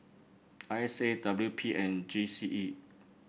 I S A W P and G C E